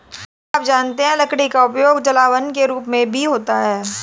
क्या आप जानते है लकड़ी का उपयोग जलावन के रूप में भी होता है?